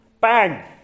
bang